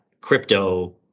crypto